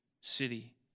city